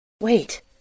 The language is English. Wait